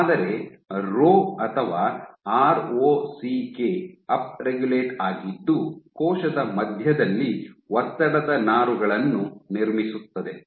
ಆದರೆ ರೋ ಅಥವಾ R O C K up regulate ಆಗಿದ್ದು ಕೋಶದ ಮಧ್ಯದಲ್ಲಿ ಒತ್ತಡದ ನಾರುಗಳನ್ನು ನಿರ್ಮಿಸುತ್ತದೆ